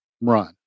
run